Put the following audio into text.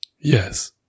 yes